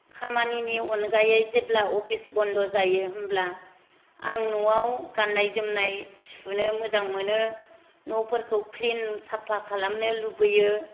खामानिनि अनगायै जेब्ला अफिस बन्द' जायो होमब्ला आं नआव गान्नाय जोमनाय सुनो मोजां मोनो नफोरखौ क्लिन साफा खालामनो लुबैयो